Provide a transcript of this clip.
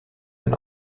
ein